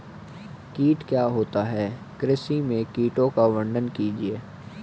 कीट क्या होता है कृषि में कीटों का वर्णन कीजिए?